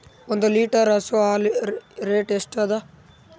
ಒಂದ್ ಲೀಟರ್ ಹಸು ಹಾಲ್ ರೇಟ್ ಎಷ್ಟ ಅದ?